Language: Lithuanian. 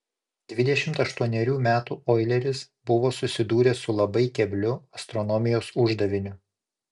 dvidešimt aštuonerių metų oileris buvo susidūręs su labai kebliu astronomijos uždaviniu